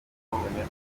abakiliya